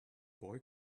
boy